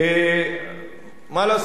מה לעשות?